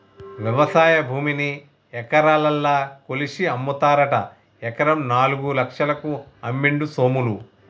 వ్యవసాయ భూమిని ఎకరాలల్ల కొలిషి అమ్ముతారట ఎకరం నాలుగు లక్షలకు అమ్మిండు సోములు